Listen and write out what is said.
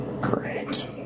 Great